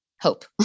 hope